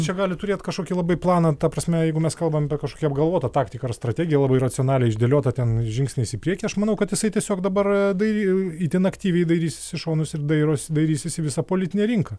čia gali turėt kažkokį labai planą ta prasme jeigu mes kalbam apie kažkokią apgalvotą taktiką ar strategiją labai racionaliai išdėliotą ten žingsniais į priekį aš manau kad jisai tiesiog dabar dai itin aktyviai dairysis į šonus ir dairosi dairysis į visą politinę rinką